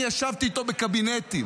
אני ישבתי איתו בקבינטים.